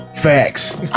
facts